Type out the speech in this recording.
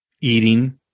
eating